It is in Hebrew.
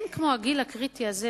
אין כמו הגיל הקריטי הזה,